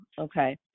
Okay